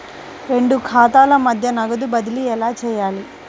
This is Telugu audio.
రెండు ఖాతాల మధ్య నగదు బదిలీ ఎలా చేయాలి?